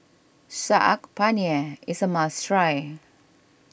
Saag Paneer is a must try